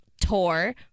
tour